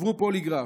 עברו פוליגרף,